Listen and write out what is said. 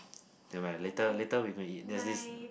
never mind later later we go and eat there's this